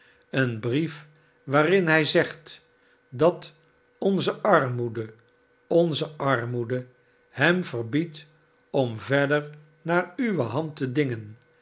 een brief waarin hij zegt dat onze armoede onze armoede hem verbiedt om verder naar uwe hand te dingen